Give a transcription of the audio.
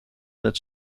that